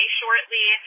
shortly